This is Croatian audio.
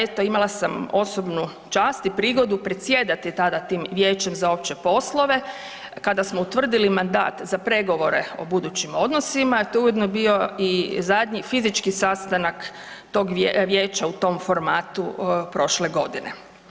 Eto, imala sam osobnu čast i prigodu predsjedati tada tim Vijećem za opće poslove, kada smo utvrdili mandat za pregovore o budućim odnosima, to je ujedno bio i zadnji fizički sastanak tog Vijeća u tom formatu prošle godine.